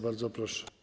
Bardzo proszę.